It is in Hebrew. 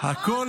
אוי, נו.